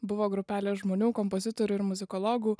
buvo grupelė žmonių kompozitorių ir muzikologų